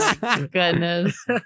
Goodness